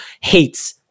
hates